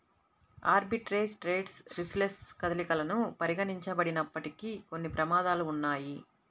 arbitrage trades riskless కదలికలను పరిగణించబడినప్పటికీ, కొన్ని ప్రమాదాలు ఉన్నయ్యి